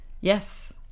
yes